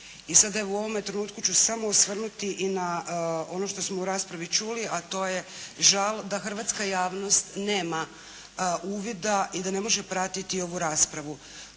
I sada u ovome trenutku ću se samo osvrnuti i na ono što smo u raspravi čuli, a to je da hrvatska javnost nema uvida i da ne može pratiti ovu raspravu.